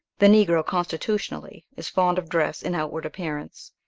the negro, constitutionally, is fond of dress and outward appearance.